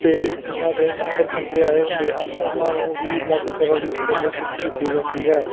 ਅਤੇ ਜਿਨ੍ਹਾਂ ਦੇ ਨੰਬਰ ਚੰਗੇ ਆਏ ਹੁੰਦੇ ਹਨ ਉਹਨਾਂ ਨੂੰ ਵੀ ਅਲੱਗ ਤਰ੍ਹਾਂ ਦੀ ਸਕੋਲਰਸ਼ਿਪ ਦਿੱਤੀ ਜਾਂਦੀ ਹੈ